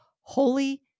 holy